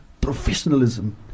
professionalism